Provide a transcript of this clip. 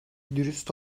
dürüst